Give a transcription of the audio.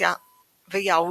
מרוסיה ויאו